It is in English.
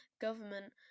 government